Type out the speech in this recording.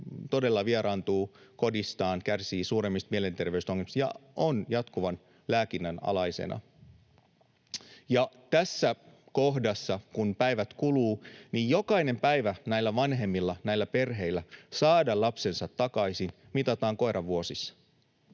todella vieraantuu kodistaan, kärsii suuremmista mielenterveysongelmista ja on jatkuvan lääkinnän alaisena. Ja tässä kohdassa, kun päivät kuluvat, jokainen päivä näillä vanhemmilla, näillä perheillä, saada lapsensa takaisin mitataan koiran vuosissa.